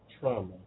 trauma